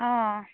অ